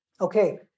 Okay